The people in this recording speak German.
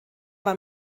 war